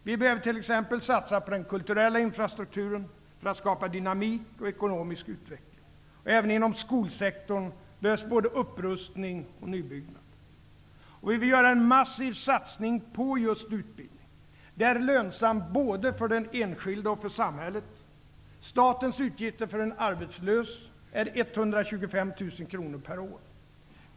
Vi behöver t.ex. satsa på den kulturella infrastrukturen för att skapa dynamik och ekonomisk utveckling. Även inom skolsektorn behövs både upprustning och nybyggnad. Vi vill göra en massiv satsning på just utbildning. Det är lönsamt både för den enskilde och för samhället. Statens utgifter för en arbetslös är 125 000 kronor per år.